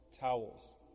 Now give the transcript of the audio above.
towels